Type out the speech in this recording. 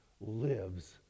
lives